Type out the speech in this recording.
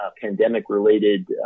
pandemic-related